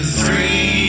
three